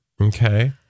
Okay